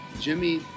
Jimmy